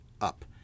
up